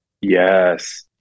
Yes